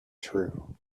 true